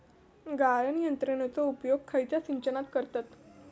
गाळण यंत्रनेचो उपयोग खयच्या सिंचनात करतत?